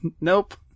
Nope